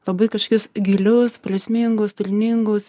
labai kažkokius gilius prasmingus turiningus